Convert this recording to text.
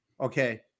okay